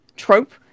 Trope